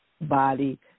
body